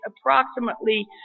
approximately